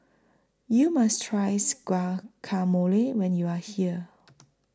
YOU must tries Guacamole when YOU Are here